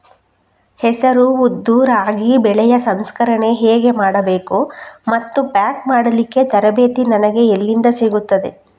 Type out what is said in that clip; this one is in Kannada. ಹೆಸರು, ಉದ್ದು, ರಾಗಿ ಬೆಳೆಯ ಸಂಸ್ಕರಣೆ ಹೇಗೆ ಮಾಡಬೇಕು ಮತ್ತು ಪ್ಯಾಕ್ ಮಾಡಲಿಕ್ಕೆ ತರಬೇತಿ ನನಗೆ ಎಲ್ಲಿಂದ ಸಿಗುತ್ತದೆ?